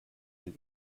will